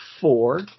four